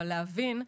אבל להבין.